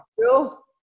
Bill